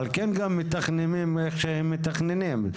על כן גם מתכננים שהם מתכננים,